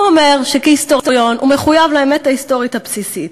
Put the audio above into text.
הוא אומר שכהיסטוריון הוא מחויב לאמת ההיסטורית הבסיסית,